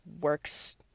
works